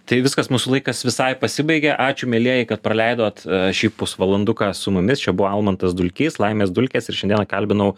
tai viskas mūsų laikas visai pasibaigė ačiū mielieji kad praleidot šį pusvalanduką su mumis čia buvo almantas dulkys laimės dulkės ir šiandieną kalbinau